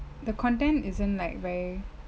the content isn't like way